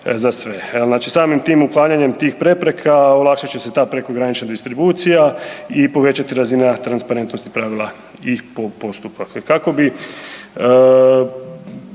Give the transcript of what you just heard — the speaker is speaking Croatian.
za sve. Znači samim tim uklanjanjem tih prepreka olakšat će se ta prekogranična distribucija i povećati razina transparentnosti pravila i postupaka. Kako bi